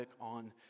on